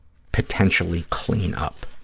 potentially clean up,